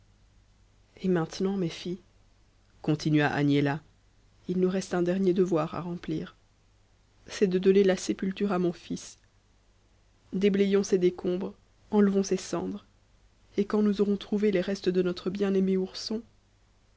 et maintenant mes filles continua agnella il nous reste un dernier devoir à remplir c'est de donner la sépulture à mon fils déblayons ces décombres enlevons ces cendres et quand nous aurons trouvé les restes de notre bien-aimé ourson